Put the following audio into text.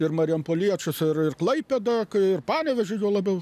ir marijampoliečius ir ir klaipėda ir panevėžio juo labiau